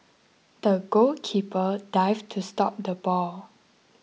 the goalkeeper dived to stop the ball